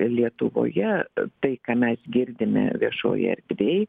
lietuvoje tai ką mes girdime viešoj erdvėj